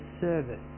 service